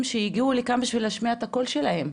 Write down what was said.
שהגיעו לכאן בשביל להשמיע את הקול שלהם,